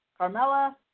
Carmella